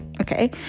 okay